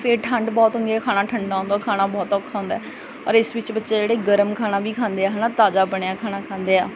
ਫਿਰ ਠੰਡ ਬਹੁਤ ਹੁੰਦੀ ਹੈ ਖਾਣਾ ਠੰਡਾ ਹੁੰਦਾ ਉਹ ਖਾਣਾ ਬਹੁਤਾ ਔਖਾ ਹੁੰਦਾ ਔਰ ਇਸ ਵਿੱਚ ਬੱਚੇ ਜਿਹੜੇ ਗਰਮ ਖਾਣਾ ਵੀ ਖਾਂਦੇ ਆ ਹੈ ਨਾ ਤਾਜ਼ਾ ਬਣਿਆ ਖਾਣਾ ਖਾਂਦੇ ਆ